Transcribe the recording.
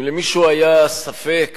אם למישהו היה ספק